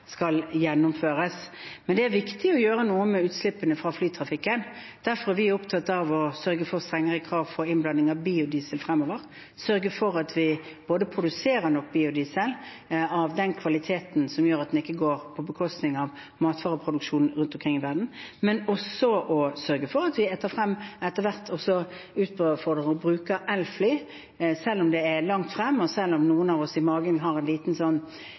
skal gjennomføres. Men det er viktig å gjøre noe med utslippene fra flytrafikken. Derfor er vi opptatt av å sørge for strengere krav for innblanding av biodiesel fremover, sørge for at vi produserer nok biodiesel av den kvaliteten som gjør at den ikke går på bekostning av matvareproduksjonen rundt omkring i verden, og også sørge for at vi etter hvert utfordrer og bruker elfly – selv om det er langt frem, og selv om noen av oss kjenner i magen